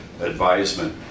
advisement